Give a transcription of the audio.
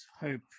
hope